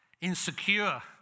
insecure